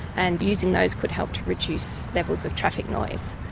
and using those could help to reduce levels of traffic noise.